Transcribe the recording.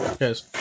Yes